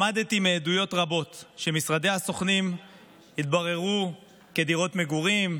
למדתי מעדויות רבות שמשרדי הסוכנים התבררו כדירות מגורים,